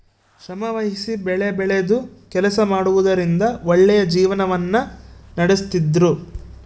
ಶ್ರಮವಹಿಸಿ ಬೆಳೆಬೆಳೆದು ಕೆಲಸ ಮಾಡುವುದರಿಂದ ಒಳ್ಳೆಯ ಜೀವನವನ್ನ ನಡಿಸ್ತಿದ್ರು